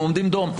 אנחנו עומדים דום.